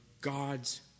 God's